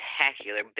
spectacular